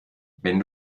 wenn